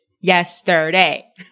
yesterday